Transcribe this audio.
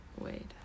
wait